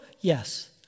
Yes